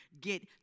get